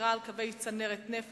שמירה על קווי צנרת נפט,